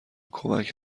کمک